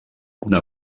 una